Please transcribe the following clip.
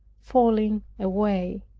falling away.